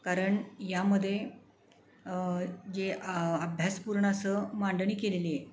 कारण यामध्ये जे अभ्यासपूर्ण असं मांडणी केलेली आहे